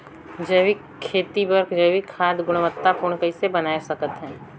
जैविक खेती बर जैविक खाद गुणवत्ता पूर्ण कइसे बनाय सकत हैं?